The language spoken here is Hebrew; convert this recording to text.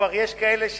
וכבר יש כאלה שסימנו,